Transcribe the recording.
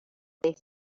they